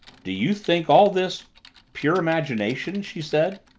do you think all this pure imagination? she said.